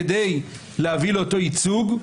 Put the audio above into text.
כדי להביא לייצוג.